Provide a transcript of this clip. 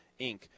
Inc